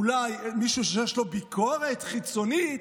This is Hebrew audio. אולי מישהו שיש לו ביקורת חיצונית?